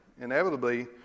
inevitably